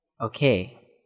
Okay